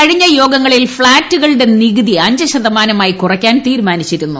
കഴിഞ്ഞ യോഗത്തിൽ ഫ്ളാറ്റുകളുടെ നികുതി അഞ്ച് ശതമാനമായി കുറയ്ക്കാൻ തീരുമാനിച്ചിരുന്നു